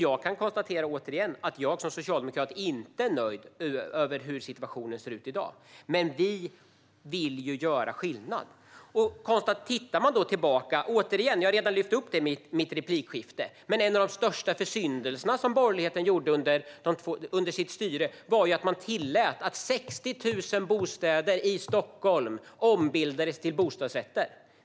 Jag är som socialdemokrat inte nöjd med hur situationen ser ut i dag, men vi vill göra skillnad. Jag har redan i mitt tidigare replikskifte lyft upp en sak. En av de största försyndelserna som borgerligheten gjorde under sitt styre var att man tillät att 60 000 bostäder i Stockholm ombildades till bostadsrätter.